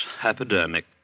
hypodermic